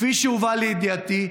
כפי שהובא לידיעתי,